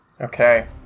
Okay